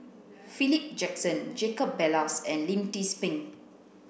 Philip Jackson Jacob Ballas and Lim Tze Peng